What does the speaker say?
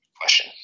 Question